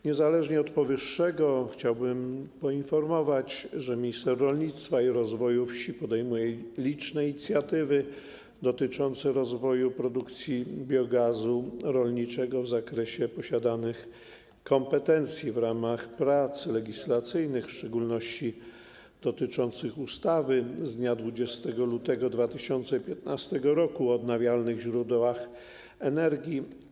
Niezależnie od powyższego chciałbym poinformować, że minister rolnictwa i rozwoju wsi podejmuje liczne inicjatywy dotyczące rozwoju produkcji biogazu rolniczego w zakresie posiadanych kompetencji w ramach prac legislacyjnych, w szczególności dotyczących ustawy z dnia 20 lutego 2015 r. o odnawialnych źródłach energii.